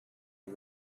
and